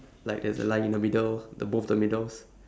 like there's a line in the middle the both the middles